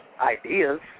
Ideas